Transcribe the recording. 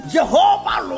Jehovah